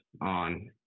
on